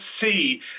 see